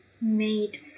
made